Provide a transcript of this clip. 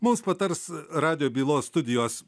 mums patars radijo bylos studijos